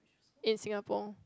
in Singapore